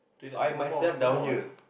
I myself down here